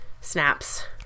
snaps